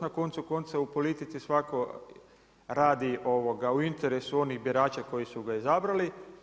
Na koncu konca u politici svatko radi u interesu onih birača koji su ga izabrali.